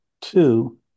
Two